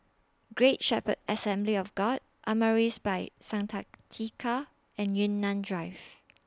Great Shepherd Assembly of God Amaris By Santika and Yunnan Drive